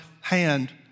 hand